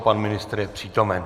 Pan ministr je přítomen.